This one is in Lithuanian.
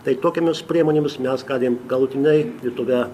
tai tokiomis priemonėmis mes galim galutinai lietuve